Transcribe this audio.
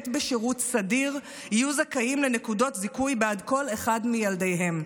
בשירות סדיר יהיו זכאים לנקודות זיכוי בעד כל אחד מילדיהם.